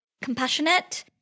compassionate